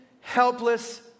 helpless